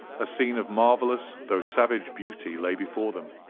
a scene of marvellous though savage beauty lay before them.